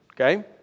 Okay